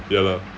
ya lah